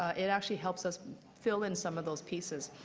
it actually helps us fill in some of those pieces.